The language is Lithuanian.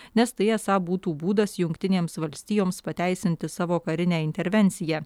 nes tai esą būtų būdas jungtinėms valstijoms pateisinti savo karinę intervenciją